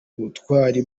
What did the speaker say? butwari